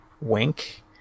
Wink